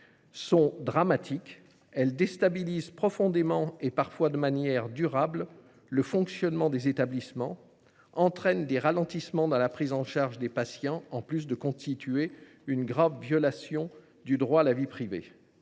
sont dramatiques : elles déstabilisent profondément, et parfois de manière durable, le fonctionnement des établissements ; elles entraînent aussi un ralentissement de la prise en charge des patients en plus de constituer une grave violation du droit à la vie privée.